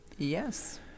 Yes